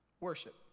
worship